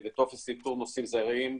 וטופס איתור נוסעים זרים.